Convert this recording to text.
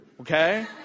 Okay